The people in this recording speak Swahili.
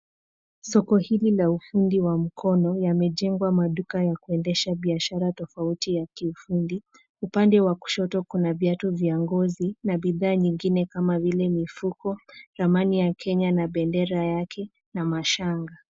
Soko hili la ufundi wa mkono yamejengwa maduka ya kuendesha biashara tofauti ya kiufundi. Upande wa kushoto kuna viatu vya ngozi na bidhaa nyingine kama vile mifuko, ramani ya Kenya na bendera yake na mashanga.